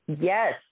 Yes